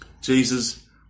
Jesus